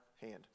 hand